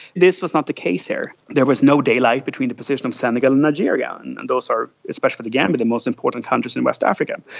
this was not the case here. there was no daylight between the position of senegal and nigeria, and and those are, especially to the gambia, the most important countries in west africa.